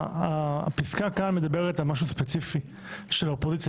הפיסקה כאן מדברת על משהו ספציפי שלאופוזיציה